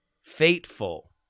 fateful